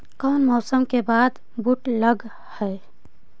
कोन मौसम के बाद बुट लग है?